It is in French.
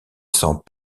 sent